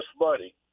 money